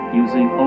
using